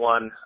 One